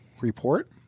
report